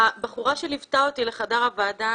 הבחורה שליוותה אותי לחדר הוועדה,